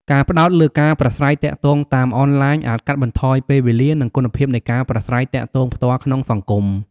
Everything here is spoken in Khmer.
ការផ្តោតលើការប្រាស្រ័យទាក់ទងតាមអនឡាញអាចកាត់បន្ថយពេលវេលា និងគុណភាពនៃការប្រាស្រ័យទាក់ទងផ្ទាល់ក្នុងសង្គម។